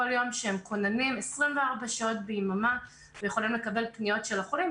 כל יום שהם כוללים 24 שעות ביממה לקבל פניות של החולים,